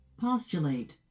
Postulate